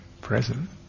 present